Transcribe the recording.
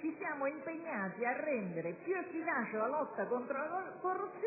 ci siamo impegnati a rendere più efficace la lotta contro la corruzione